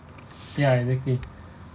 ya exactly